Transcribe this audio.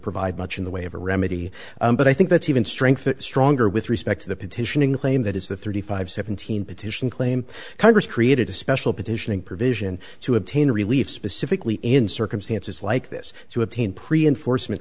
provide much in the way of a remedy but i think that's even strength stronger with respect to the petitioning the claim that is the thirty five seventeen petition claim congress created a special petitioning provision to obtain relief specifically in circumstances like this to obtain pre enforcement